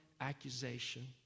accusation